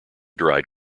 dried